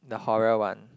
the horror one